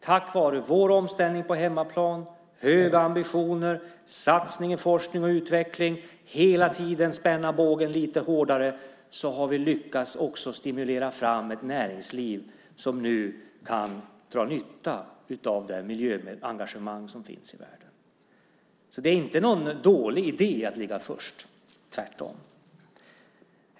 Tack vare vår omställning på hemmaplan, höga ambitioner, satsning på forskning och utveckling och genom att hela tiden spänna bågen lite hårdare har vi lyckats stimulera fram ett näringsliv som nu kan dra nytta av det miljöengagemang som finns i världen. Det är alltså inte någon dålig idé att ligga först - tvärtom.